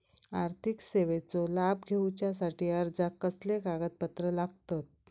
आर्थिक सेवेचो लाभ घेवच्यासाठी अर्जाक कसले कागदपत्र लागतत?